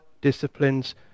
disciplines